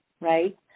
right